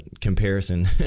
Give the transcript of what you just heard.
comparison